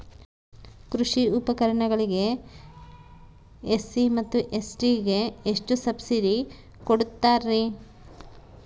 ಕೃಷಿ ಪರಿಕರಗಳಿಗೆ ಎಸ್.ಸಿ ಮತ್ತು ಎಸ್.ಟಿ ಗೆ ಎಷ್ಟು ಸಬ್ಸಿಡಿ ಕೊಡುತ್ತಾರ್ರಿ?